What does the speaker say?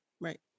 Right